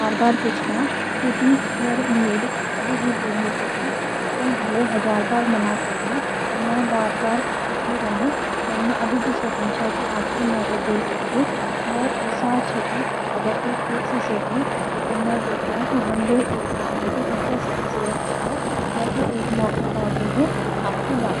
"मैं बार-बार पूछूंला, क्यों कि म्यर उम्मीद अब भी ना तूटी. तैं भले हज़ार बार मना कर दीण, पर म्यर मन अभी भी सोचण च कि एक आखिरी मौका देई सकणु. मुझ विश्वास च कि अगर तैं ठैर के सोचूं, त तूं भी देखूंला कि हम दोनों कै एक साथ बट कती ह खुश रह सक्दां. बस एक मौका दे, आखिरी बार."